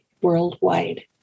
worldwide